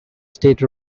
state